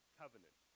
covenant